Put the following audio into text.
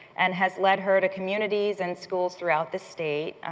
and has led her to communities and schools throughout the state.